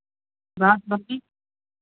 basmati